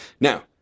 Now